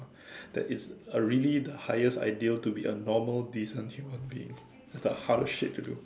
that is a really the highest ideal to be a normal decent human being it's the hardest shit to do